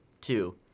two